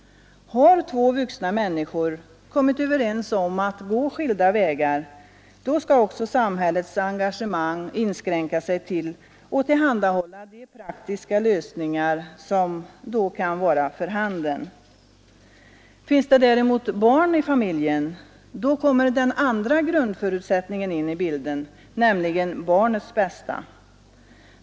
Har två vuxna människor kommit överens om att gå skilda vägar, så skall samhällets engagemang inskränka sig till att tillhandahålla de praktiska lösningarna härför. Finns det däremot barn i familjen kommer den andra grundförutsättningen in i bilden, nämligen barnets bästa.